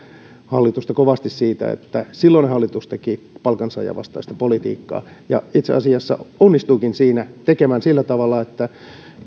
hallitusta kovasti siitä että silloinen hallitus teki palkansaajavastaista politiikkaa ja itse asiassa se onnistuikin sitä tekemään sillä tavalla että menetettiin